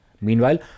Meanwhile